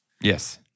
Yes